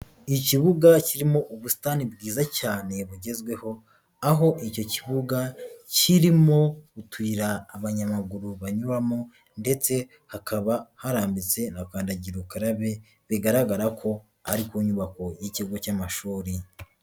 Ikibuga kirimo ubusitani bwiza cyane bugezweho, aho icyo kibuga kirimo utuyira abanyamaguru banyuramo ndetse hakaba harambitse na kandagira ukarabe bigaragara ko ari ku nyubako y'ikigo cy'amashuri.